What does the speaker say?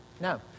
no